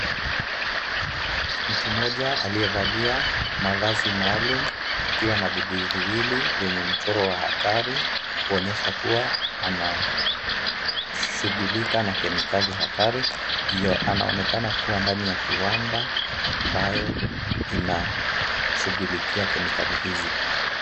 Mtu mmoja aliyevalia mavazi maalum akiwa na vibuyu viwili vyenye mchoro wa hatari kuonyesha kuwa anashugulika na kemikali hatari. Anaonekana kuwa ndani ya kiwanda ambayo ina shughulikia kemikali hizi.